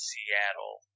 Seattle